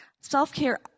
Self-care